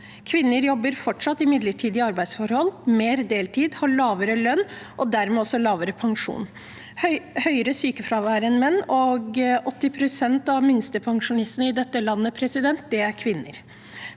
Kvinner jobber fortsatt i midlertidige arbeidsforhold, mer deltid, har lavere lønn og dermed også lavere pensjon. De har høyere sykefravær enn menn, og 80 pst. av minstepensjonistene i dette landet er kvinner.